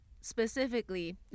specifically